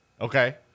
okay